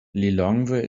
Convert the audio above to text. lilongwe